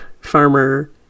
farmer